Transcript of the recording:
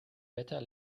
wetter